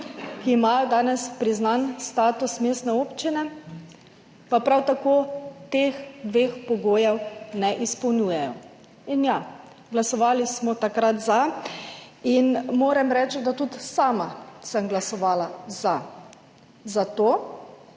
ki imajo danes priznan status mestne občine, pa prav tako teh dveh pogojev ne izpolnjujejo. In ja, takrat smo glasovali za in moram reči, da tudi sama sem glasovala za, zato